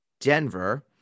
Denver